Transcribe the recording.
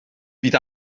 bydd